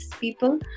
people